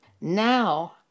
now